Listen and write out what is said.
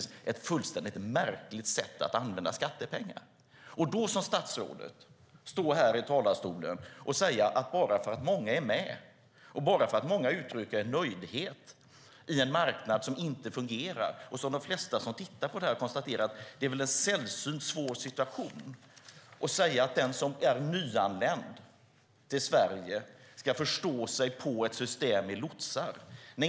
Statsrådet står här i talarstolen och säger att många är med och att många uttrycker nöjdhet på en marknad som inte fungerar. De flesta som tittar på detta konstaterar att det är en sällsynt svår situation. Hur ska den som är nyanländ till Sverige kunna förstå sig på systemet med lotsar?